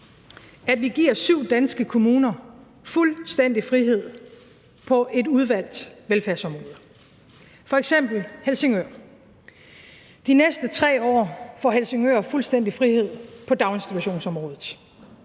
at vi giver syv danske kommuner fuldstændig frihed på et udvalgt velfærdsområde. Det er f.eks. Helsingør. De næste 3 år får Helsingør fuldstændig frihed på daginstitutionsområdet.